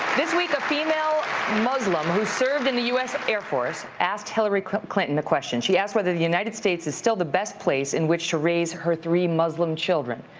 this week a female muslim who served in the u s. air force asked hillary clinton the question, she asked whether the united states is still the best place in which to raise her three muslim children.